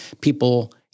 people